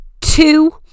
two